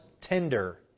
tender